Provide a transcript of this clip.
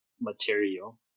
material